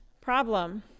problem